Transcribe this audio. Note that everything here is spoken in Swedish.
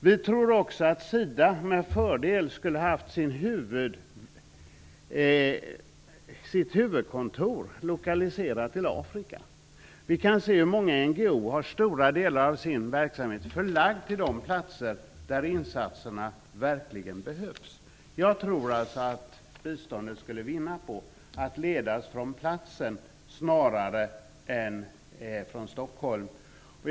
Vi tror också att SIDA med fördel skulle kunna ha sitt huvudkontor lokaliserat till Afrika. Många NGO:er har stora delar av sin verksamhet förlagda till de platser där insatserna verkligen behövs. Jag tror alltså att biståndet skulle vinna på att ledas från platsen snarare än från Stockholm.